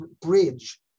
bridge